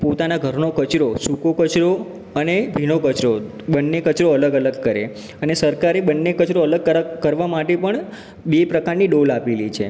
પોતાના ઘરનો કચરો સૂકો કચરો અને ભીનો કચરો બંને કચરો અલગ અલગ કરે અને સરકારે બંને કચરો અલગ કરા કરવા માટે પણ બે પ્રકારની ડોલ આપેલી છે